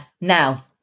Now